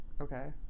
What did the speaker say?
Okay